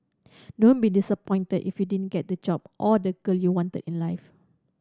don't be disappointed if you didn't get the job or the girl you wanted in life